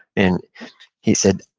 and he said,